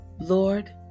Lord